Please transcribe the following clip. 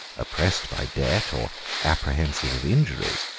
oppressed by debt, or apprehensive of injuries,